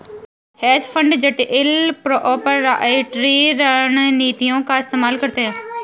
hedge fund जटिल proprietary रणनीतियों का इस्तेमाल करते हैं